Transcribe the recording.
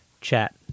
chat